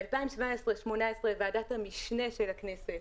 ב-2017-2018 ועדת המשנה של הכנסת